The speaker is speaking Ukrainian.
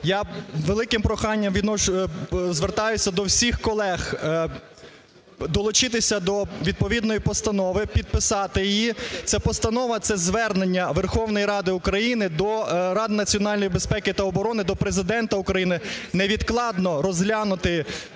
з великим проханням звертаюсь до всіх колег долучитися до відповідної постанови, підписати її. Ця постанова – це звернення Верховної Ради України до Ради національної безпеки та оборони, до Президента України невідкладно розглянути